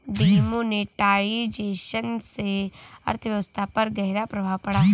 demonetisation से अर्थव्यवस्था पर ग़हरा प्रभाव पड़ा